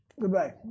Goodbye